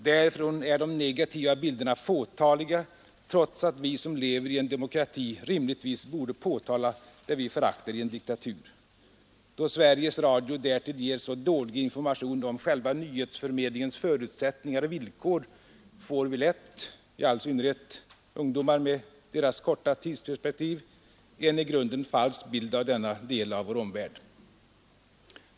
Därifrån är de negativa bilderna fåtaliga, trots att vi som lever i en demokrati rimligtvis borde påtala det vi föraktar i en diktatur. Då Sveriges Radio därtill ger så dålig information om själva nyhetsförmedlingens förutsättningar och villkor, får vi lätt — i all synnerhet ungdomar med deras kortare tidsperspektiv — en i grunden falsk bild av denna del av vår omvärld.